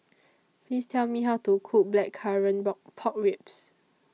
Please Tell Me How to Cook Blackcurrant Pork Ribs